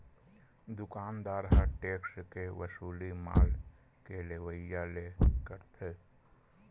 दुकानदार ह टेक्स के वसूली माल के लेवइया ले करथे